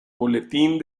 boletín